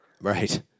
Right